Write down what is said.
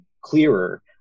clearer